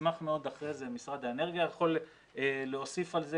נשמח מאוד אחרי זה אם משרד האנרגיה יוכל להוסיף על זה.